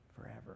forever